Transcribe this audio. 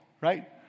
right